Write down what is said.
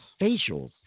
Facials